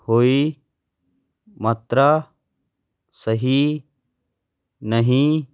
ਹੋਈ ਮਾਤਰਾ ਸਹੀ ਨਹੀਂ